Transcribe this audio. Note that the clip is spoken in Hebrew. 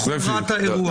ואת חומרת האירוע.